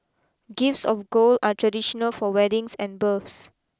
gifts of gold are traditional for weddings and births